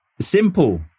simple